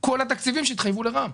כל התקציבים שהתחייבו לרע"מ.